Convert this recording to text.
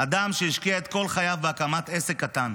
אדם שהשקיע את כל חייו בהקמת עסק קטן,